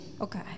okay